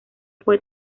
fue